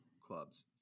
clubs